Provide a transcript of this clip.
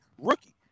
rookie